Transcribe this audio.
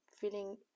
feeling